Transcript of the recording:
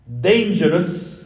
dangerous